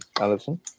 Alison